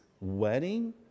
wedding